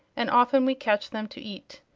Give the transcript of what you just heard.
and often we catch them to eat.